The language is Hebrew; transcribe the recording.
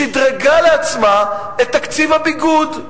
שדרגה לעצמה את תקציב הביגוד.